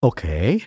Okay